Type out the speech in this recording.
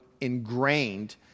ingrained